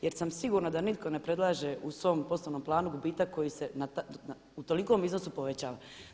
Jer sam sigurna da nitko ne predlaže u svom poslovnom planu gubitak koji se u tolikom iznosu povećava.